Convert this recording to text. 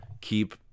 keep –